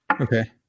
Okay